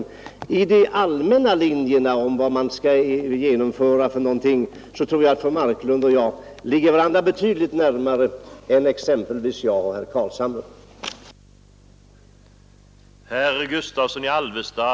Jag vill tillägga att när det gäller de allmänna linjerna för det fortsatta reformarbetet så tror jag att fru Marklund och jag står varandra betydligt närmare än vad exempelvis herr Carlshamre och jag gör.